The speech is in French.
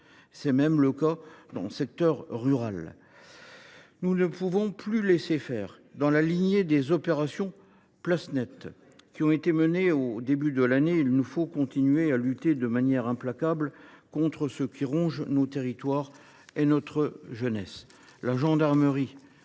des règlements de comptes. Nous ne pouvons plus laisser faire. Dans la lignée des opérations « place nette » qui ont été menées au début de l’année, il nous faut continuer à lutter de manière implacable contre ce qui ronge nos territoires et notre jeunesse.